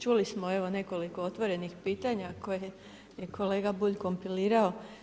Čuli smo nekoliko otvorenih pitanja koje je kolega Bulj kompilirao.